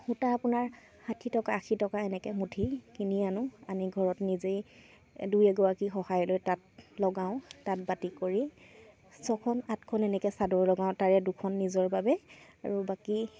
সূতা আপোনাৰ ষাঠি টকা আশী টকা এনেকৈ মুঠি কিনি আনো আনি ঘৰত নিজেই দুই এগৰাকী সহায় লৈ তাঁত লগাওঁ তাঁত বাতি কৰি ছখন আঠখন এনেকৈ চাদৰ লগাওঁ তাৰে দুখন নিজৰ বাবে আৰু বাকী